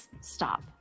stop